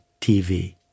TV